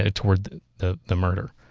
ah toward the the murder.